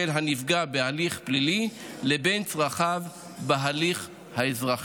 הנפגע בהליך הפלילי לבין צרכיו בהליך האזרחי.